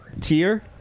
tier